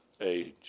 age